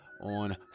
on